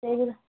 ସେଇ